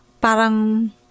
parang